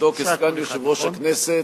מתפקידו כסגן יושב-ראש הכנסת,